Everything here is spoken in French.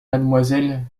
mademoiselle